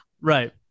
Right